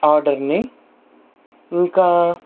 order ని ఇంకా